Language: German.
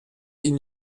ihn